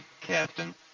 Captain